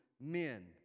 men